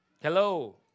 Hello